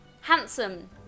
Handsome